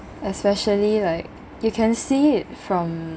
especially like you can see it from